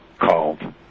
called